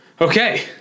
Okay